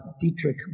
Dietrich